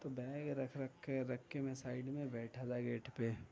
تو بیگ رکھ رکھ کے رکھ کے میں سائد میں بیٹھا تھا گیٹ پہ